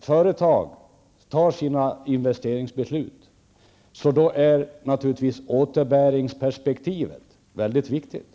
företag fattar investeringsbeslut, är naturligtvis återbäringsperspektivet väldigt viktigt.